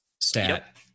stat